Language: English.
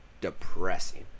depressing